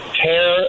tear